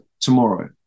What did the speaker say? tomorrow